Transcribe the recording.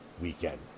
weekend